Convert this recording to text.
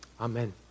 Amen